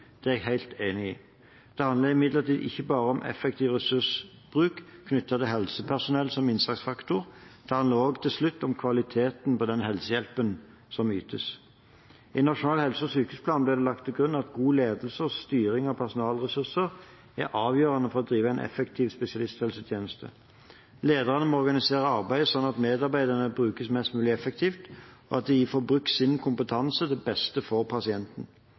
er jeg helt enig i. Det handler imidlertid ikke bare om effektiv ressursbruk knyttet til helsepersonell som innsatsfaktor, det handler til slutt også om kvaliteten på den helsehjelpen som ytes. I Nasjonal helse- og sykehusplan ble det lagt til grunn at god ledelse og styring av personalressurser er avgjørende for å drive en effektiv spesialisthelsetjeneste. Lederne må organisere arbeidet slik at medarbeiderne brukes mest mulig effektivt, og at de får brukt sin kompetanse til beste for pasienten.